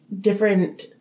different